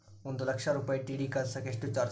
ಒಂದು ಲಕ್ಷ ರೂಪಾಯಿ ಡಿ.ಡಿ ಕಳಸಾಕ ಎಷ್ಟು ಚಾರ್ಜ್?